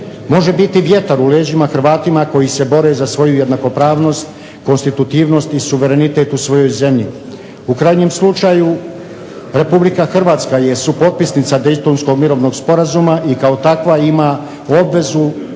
Može biti vjetar u leđima Hrvatima koji se bore za svoju jednakopravnost, konstitutivnost i suverenitet u svojoj zemlji. U krajnjem slučaju Republika Hrvatska je supotpisnica Dejtonskog mirovnog sporazuma i kao takva ima obvezu